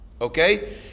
Okay